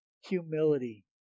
humility